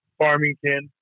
farmington